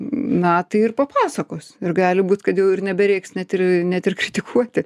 na tai ir papasakos ir gali būt kad jau ir nebereiks net ir net ir kritikuoti